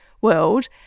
world